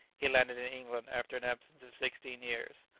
he landed in england after an absence of sixteen years.